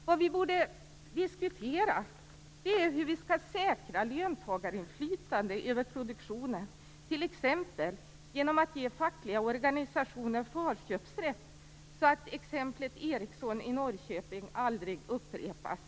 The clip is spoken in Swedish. Det vi borde diskutera är hur vi skall säkra löntagarinflytande över produktionen, t.ex. genom att ge fackliga organisationer förköpsrätt, så att exemplet Ericsson i Norrköping aldrig upprepas.